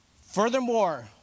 Furthermore